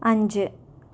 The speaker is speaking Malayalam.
അഞ്ച്